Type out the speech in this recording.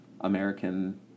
American